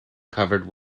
covered